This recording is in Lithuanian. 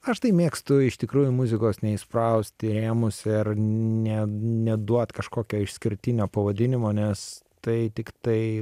aš tai mėgstu iš tikrųjų muzikos neįspraust į rėmus ir ne neduot kažkokio išskirtinio pavadinimo nes tai tiktai